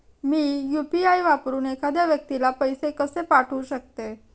मी UPI वापरून एखाद्या व्यक्तीला पैसे कसे पाठवू शकते?